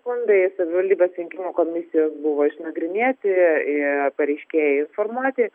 skundai savivaldybės rinkimų komisijos buvo išnagrinėti ir pareiškėjų informacija